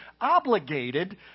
obligated